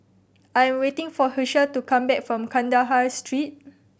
I am waiting for Hershell to come back from Kandahar Street